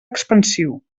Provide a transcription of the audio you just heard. expansiu